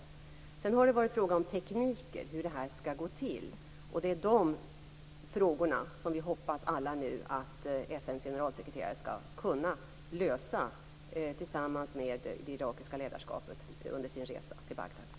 Sedan har det varit frågan om tekniker, om hur det här skall gå till. De frågorna hoppas vi alla att FN:s generalsekreterare nu skall kunna lösa tillsammans med det irakiska ledarskapet under sin resa till Bagdad.